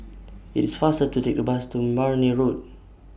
IT IS faster to Take The Bus to Marne Road